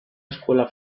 escuela